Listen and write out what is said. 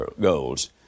goals